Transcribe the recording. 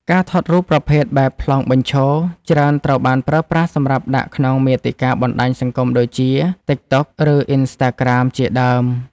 ការថតរូបប្រភេទបែបប្លង់បញ្ឈរ ច្រើនត្រូវបានប្រើប្រាស់សម្រាប់ដាក់ក្នុងមាតិកាបណ្ដាញសង្គមដូចជា តិក តុក ឬ អុីនស្តាក្រាម ជាដើម។